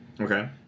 Okay